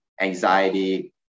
anxiety